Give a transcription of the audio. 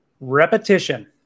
Repetition